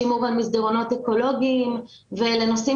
שימור על מסדרונות אקולוגיים ואלה נושאים